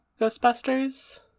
Ghostbusters